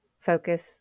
focus